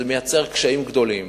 זה מייצר קשיים גדולים.